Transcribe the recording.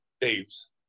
Dave's